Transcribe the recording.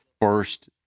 first